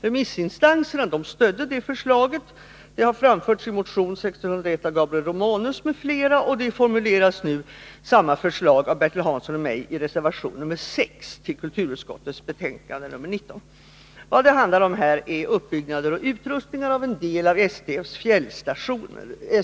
Remissinstanserna stödde det senare förslaget, det har Vad det handlar om här är uppbyggnad och utrustning av en del av STF:s fjällstationer.